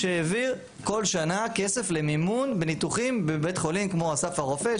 שהעביר כל שנה כסף למימון בניתוחים בבית חולים כמו אסף הרופא,